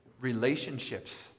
relationships